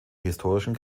historischen